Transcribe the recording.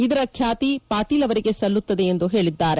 ಇದರ ಖ್ಯಾತಿ ಪಾಟೀಲ್ ಅವರಿಗೆ ಸಲ್ಲುತ್ತದೆ ಎಂದು ಹೇಳಿದ್ದಾರೆ